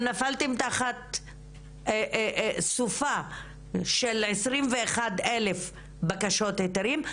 נפלתם תחת סופה של 21,000 בקשות היתרים,